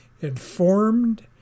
informed